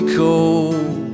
cold